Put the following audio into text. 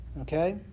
Okay